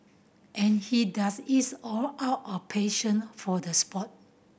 and he does it all out of passion for the sport